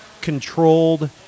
controlled